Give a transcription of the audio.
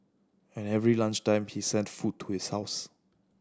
and every lunch time he sent food to his house